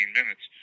minutes